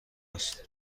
است